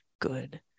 good